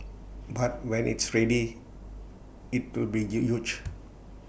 but when it's ready IT will be huge